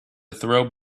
throw